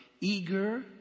eager